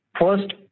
first